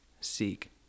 seek